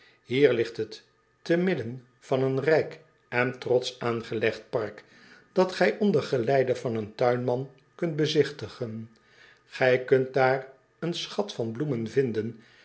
ier ligt het te midden van een rijk en trotsch aangelegd park dat gij onder geleide van een tuinman kunt bezigtigen ij kunt daar een schat van bloemen vinden